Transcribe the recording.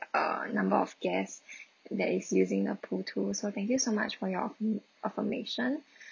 err number of guest that is using the pool too so thank you so much for your affirm affirmation